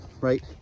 right